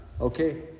Okay